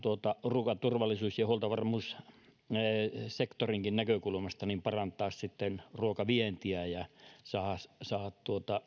ruokaturvallisuus ja huoltovarmuussektorinkin näkökulmasta parantaa ruokavientiä ja saada